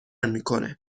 میکنه